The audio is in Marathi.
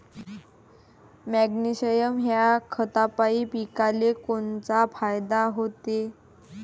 मॅग्नेशयम ह्या खतापायी पिकाले कोनचा फायदा होते?